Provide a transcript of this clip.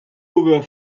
were